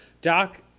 Doc